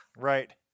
Right